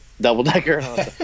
double-decker